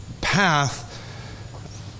path